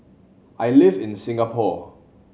I live in Singapore